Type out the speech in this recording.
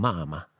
Mama